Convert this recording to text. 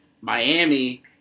Miami